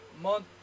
month